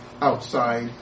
outside